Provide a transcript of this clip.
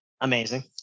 Amazing